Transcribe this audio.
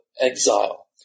exile